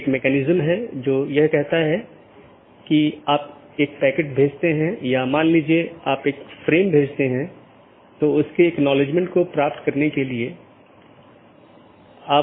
इन protocol के उदाहरण OSPF हैं और RIP जिनमे मुख्य रूप से इस्तेमाल किया जाने वाला प्रोटोकॉल OSPF है